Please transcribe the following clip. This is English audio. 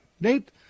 Nate